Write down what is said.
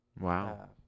Wow